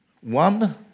One